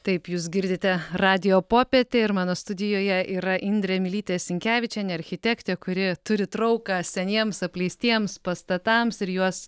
taip jūs girdite radijo popietę ir mano studijoje yra indrė mylytė sinkevičienė architektė kuri turi trauką seniems apleistiems pastatams ir juos